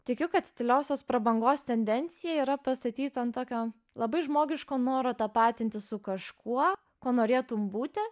tikiu kad tyliosios prabangos tendencija yra pastatyta ant tokio labai žmogiško noro tapatintis su kažkuo kuo norėtum būti